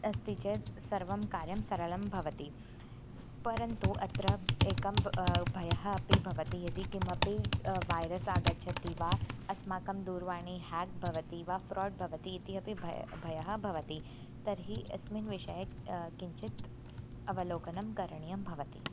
अस्ति चेत् सर्वं कार्यं सरळं भवति परन्तु अत्र एकं ब् भयम् अपि भवति यदि किमपि वैरस् आगच्छति वा अस्माकं दूरवाणी हेक् भवति वा फ़्रोड् भवति इति अपि भय् भयं भवति तर्हि अस्मिन् विषये किञ्चित् अवलोकनं करणीयं भवति